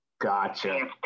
Gotcha